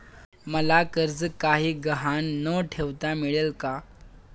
मला कर्ज काही गहाण न ठेवता मिळेल काय?